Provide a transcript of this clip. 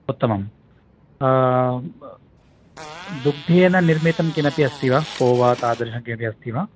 उत्तमं दुग्धेन निर्मितं किमपि अस्ति वा कोवा तादृशं किमपि अस्ति वा